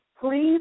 please